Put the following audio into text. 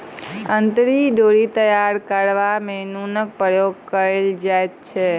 अंतरी डोरी तैयार करबा मे नूनक प्रयोग कयल जाइत छै